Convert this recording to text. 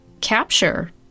capture